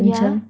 yeah